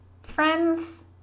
friends